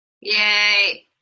yay